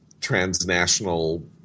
transnational